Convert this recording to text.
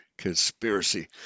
conspiracy